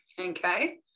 okay